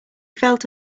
felt